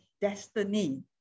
destiny